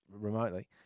remotely